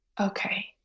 Okay